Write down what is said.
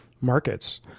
markets